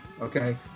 Okay